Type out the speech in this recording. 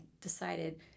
decided